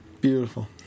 Beautiful